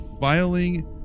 filing